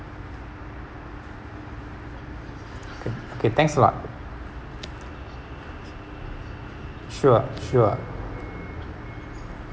okay thanks a lot sure sure